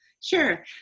Sure